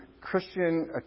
Christian